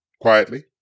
quietly